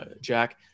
Jack